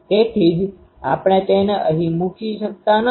તેથી જ આપણે તેને અહીં મૂકી શકતા નથી